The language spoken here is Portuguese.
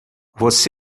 você